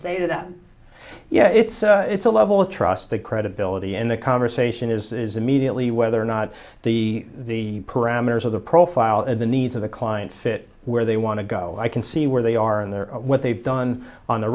say that yeah it's a it's a level of trust the credibility in the conversation is immediately whether or not the parameters of the profile of the needs of the client fit where they want to go i can see where they are in there what they've done on